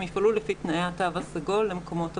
יפעלו לפי תנאי התו הסגול למקומות העבודה.